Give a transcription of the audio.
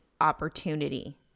opportunity